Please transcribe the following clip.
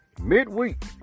midweek